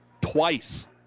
twice